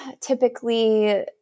typically